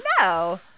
no